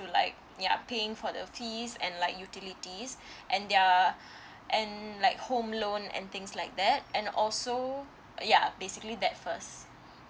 to like ya paying for the fees and like utilities and their and like home loan and things like that and also yeah basically that first